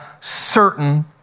certain